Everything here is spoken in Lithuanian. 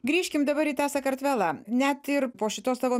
grįžkim dabar į tą sakartvelą net ir po šitos tavo